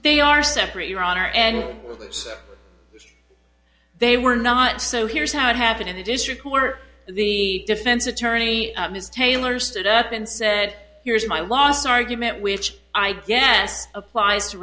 they are separate your honor and they were not so here's how it happened in the district where the defense attorney ms taylor stood up and said here's my last argument which i guess applies to